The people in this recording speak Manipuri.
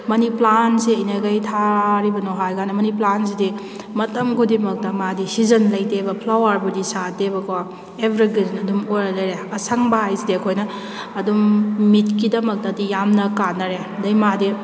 ꯃꯅꯤ ꯄ꯭ꯂꯥꯟꯡꯁꯦ ꯑꯩꯅ ꯀꯩ ꯊꯥꯔꯤꯕꯅꯣ ꯍꯥꯏꯕꯀꯥꯟꯗ ꯃꯅꯤ ꯄ꯭ꯂꯥꯟꯁꯤꯗꯤ ꯃꯇꯝ ꯈꯨꯗꯤꯡꯃꯛꯇ ꯃꯥꯗꯤ ꯁꯤꯖꯟ ꯂꯩꯇꯦꯕ ꯐ꯭ꯂꯥꯋꯔꯕꯨꯗꯤ ꯁꯥꯠꯇꯦꯕꯀꯣ ꯑꯦꯚꯔꯒ꯭ꯔꯤꯟ ꯑꯗꯨꯝ ꯑꯣꯏꯔꯒ ꯂꯩꯔꯦ ꯑꯁꯪꯕ ꯍꯥꯏꯕꯁꯤꯗꯤ ꯑꯩꯈꯣꯏꯅ ꯑꯗꯨꯝ ꯃꯤꯠꯀꯤꯗꯃꯛꯇꯗꯤ ꯌꯥꯝꯅ ꯀꯥꯟꯅꯔꯦ ꯑꯗꯨꯗꯩ ꯃꯥꯗꯤ